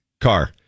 car